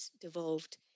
devolved